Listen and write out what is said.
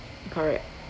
correct